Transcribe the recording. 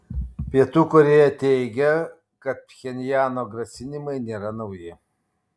pietų korėja teigia kad pchenjano grasinimai nėra nauji